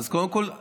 אז קודם כול,